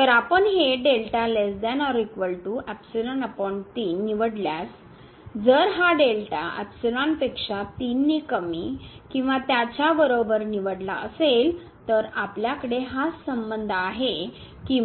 तर आपण हे निवडल्यास आपण जर हा डेल्टा पेक्षा ३ ने कमी किंवा त्याच्या बरोबर निवडला असेल तर आपल्याकडे हा संबंध आहे की